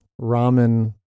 ramen